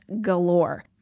galore